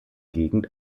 gegend